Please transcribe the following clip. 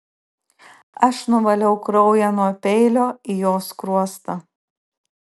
aš nuvaliau kraują nuo peilio į jo skruostą